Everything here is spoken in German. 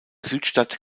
südstadt